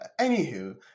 Anywho